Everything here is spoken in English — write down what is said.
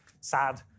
sad